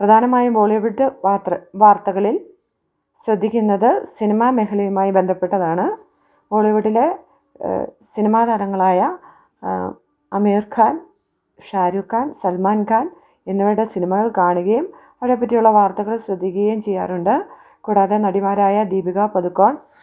പ്രധാനമായും ബോളിവുഡ് വാർത്തകളിൽ ശ്രദ്ധിക്കുന്നത് സിനിമ മേഖലയുമായി ബന്ധപ്പെട്ടതാണ് ബോളിവുഡിലെ സിനിമാ താരങ്ങളായ അമീർഖാൻ ഷാരൂഖാൻ സൽമാൻഖാൻ എന്നിവയുടെ സിനിമകൾ കാണുകയും അവരെ പറ്റിയുള്ള വാർത്തകൾ ശ്രദ്ധിക്കുകയും ചെയ്യാറുണ്ട് കൂടാതെ നടിമാരായ ദീപിക പദുക്കോൺ